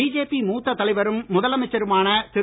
BJP மூத்த தலைவரும் முதலமைச்சருமான திரு